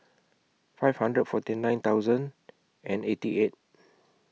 five hundred forty nine thousand and eighty eight